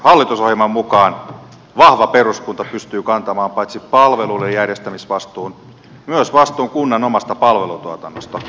hallitusohjelman mukaan vahva peruskunta pystyy kantamaan paitsi palveluiden järjestämisvastuun myös vastuun kunnan omasta palvelutuotannosta